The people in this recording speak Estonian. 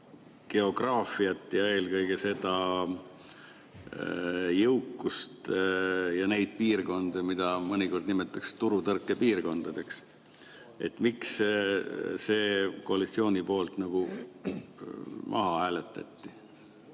geograafiat, eelkõige jõukust ja neid piirkondi, mida mõnikord nimetatakse turutõrke piirkondadeks. Miks see koalitsiooni poolt maha hääletati?